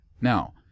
now